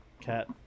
cat